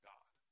God